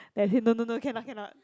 then I say no no no cannot cannot